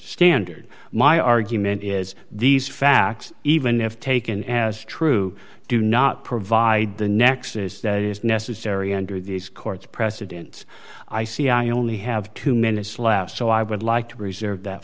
standard my argument is these facts even if taken as true do not provide the nexus that is necessary under the court's precedents i see i only have two minutes left so i would like to reserve that